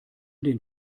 den